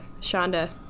Shonda